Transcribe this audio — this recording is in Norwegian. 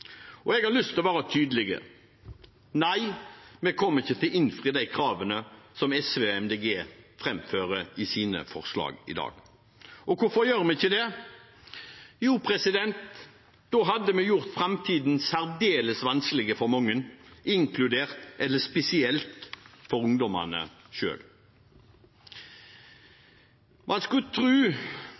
Jeg har lyst til å være tydelig: Nei, vi kommer ikke til å innfri de kravene som SV og Miljøpartiet De Grønne framfører i sine forslag i dag. Hvorfor gjør vi ikke det? Jo, for da hadde vi gjort framtiden særdeles vanskelig for mange, spesielt for ungdommene selv. Man skulle